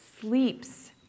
sleeps